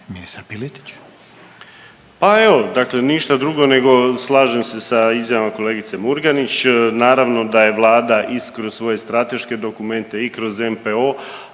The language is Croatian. Marin (HDZ)** Pa evo, dakle ništa drugo nego slažem se sa izjavom kolegice Murganić. Naravno da je Vlada i kroz svoje strateške dokumente i kroz NPO,